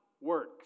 works